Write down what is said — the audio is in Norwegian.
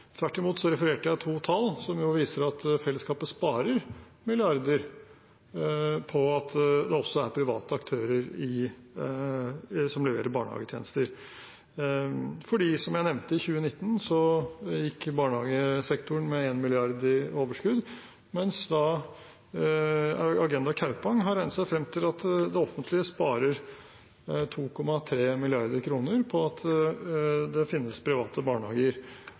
Tvert imot refererte jeg to tall, som jo viser at fellesskapet sparer milliarder på at det også er private aktører som leverer barnehagetjenester. Som jeg nevnte: I 2019 gikk barnehagesektoren med 1 mrd. kr i overskudd, mens Agenda Kaupang har regnet seg frem til at det offentlige sparer 2,3 mrd. kr på at det finnes private barnehager.